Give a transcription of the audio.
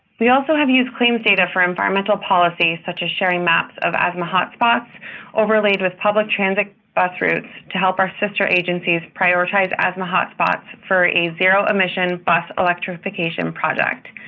we also have used claims data for environmental policy, such as sharing maps of asthma hotspots overlaid with public transit bus route to help our sister agencies prioritize asthma hotspots for a zero emission bus electrification project.